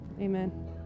amen